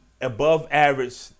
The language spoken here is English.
above-average